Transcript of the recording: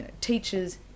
teachers